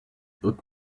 book